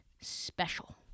special